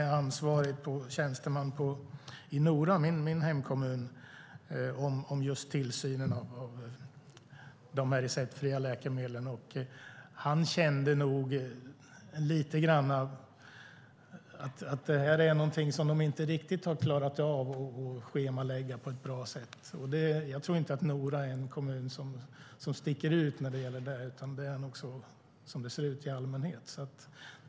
Jag talade med ansvarig tjänsteman i min hemkommun Nora om just tillsynen av de receptfria läkemedlen. Han kände lite grann att det är något som man inte har klarat av att schemalägga på ett bra sätt. Jag tror inte att Nora är en kommun som sticker ut när det gäller detta, utan det är nog så som det ser ut i allmänhet.